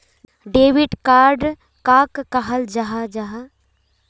Debit card कहाक कहाल जाहा जाहा?